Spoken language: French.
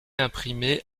imprimée